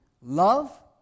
love